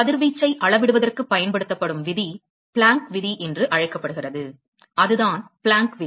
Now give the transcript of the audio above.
கதிர்வீச்சை அளவிடுவதற்குப் பயன்படுத்தப்படும் விதி பிளாங்க் விதி Plancks Law என்று அழைக்கப்படுகிறது அதுதான் பிளாங்க் விதி